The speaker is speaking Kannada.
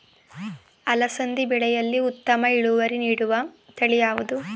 ಅಲಸಂದಿ ಬೆಳೆಯಲ್ಲಿ ಉತ್ತಮ ಇಳುವರಿ ನೀಡುವ ತಳಿ ಯಾವುದು?